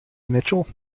mitchell